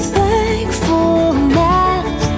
thankfulness